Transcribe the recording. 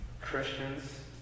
Christians